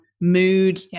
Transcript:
mood